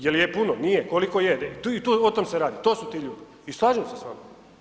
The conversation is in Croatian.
Je li je puno, nije, koliko je, o tome se radi, to su ti ljudi i slažem se s vama.